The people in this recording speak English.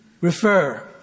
refer